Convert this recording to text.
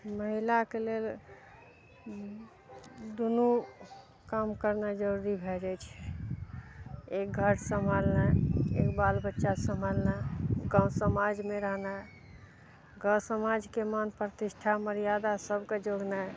महिलाके लेल दुनू काम करनाय जरूरी भए जाइ छै एक घर सम्हालनाइ एक बाल बच्चा सम्हालनाइ गाँव समाजमे रहनाइ गाँव समाजके मान प्रतिष्ठा मर्यादा सबके जोड़नाइ